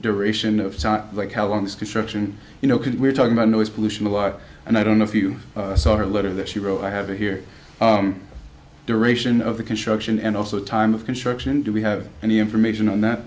duration of time like how long this construction you know can we talk about noise pollution a lot and i don't know if you saw her letter that she wrote i have it here duration of the construction and also time of construction do we have any information on that